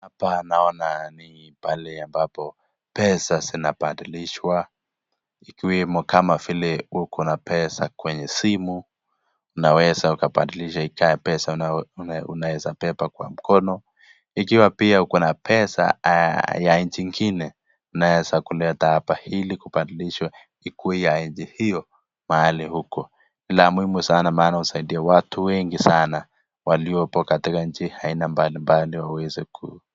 Hapa naona ni pahali ambapo pesa zinapadilishwa ikiwemo kama vile wewe uko na pesa kwenye simu unaweza ukapadilisha ikae pesa unaweza beba kwa mkono. Ikiwa pia uko na pesa ya nchi ngine unaweza kuleta hapa ili kupadilishwa ikuwe ya nchi hiyo mahali huko la muhimu sana maana husaidia watu wengi sana waliopo katika nchi aina mbali mbali waweze ku.